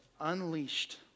unleashed